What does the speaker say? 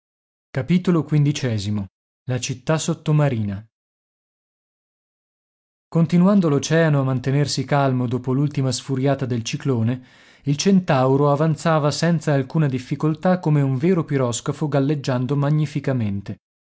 escario la città sottomarina continuando l'oceano a mantenersi calmo dopo l'ultima sfuriata del ciclone il centauro avanzava senza alcuna difficoltà come un vero piroscafo galleggiando magnificamente